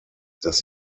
dass